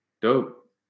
Dope